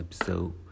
episode